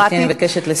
גברתי, אני מבקשת לסיים.